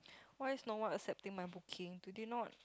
why is no one accepting my booking do they not